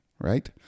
right